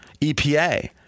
EPA